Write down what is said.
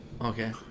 Okay